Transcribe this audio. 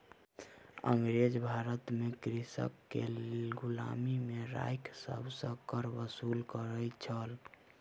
अँगरेज भारत में कृषक के गुलामी में राइख सभ सॅ कर वसूल करै छल